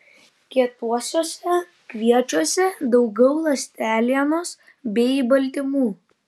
kietuosiuose kviečiuose daugiau ląstelienos bei baltymų